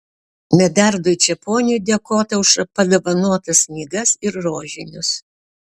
medardui čeponiui dėkota už padovanotas knygas ir rožinius